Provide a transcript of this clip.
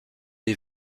des